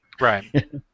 Right